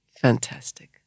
Fantastic